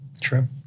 True